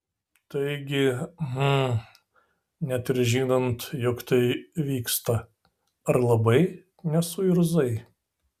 taigi hm net ir žinant jog tai vyksta ar labai nesuirzai